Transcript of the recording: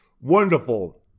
Wonderful